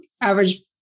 average